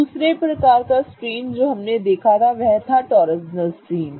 दूसरे प्रकार का स्ट्रेन जो हमने देखा था वह था टॉर्सनल स्ट्रेन